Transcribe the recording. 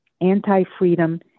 anti-freedom